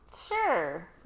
sure